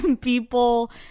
People